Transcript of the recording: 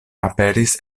aperis